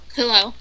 Hello